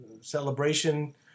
celebration